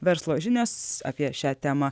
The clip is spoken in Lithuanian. verslo žinios apie šią temą